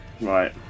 Right